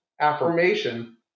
affirmation